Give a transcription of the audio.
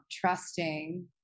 trusting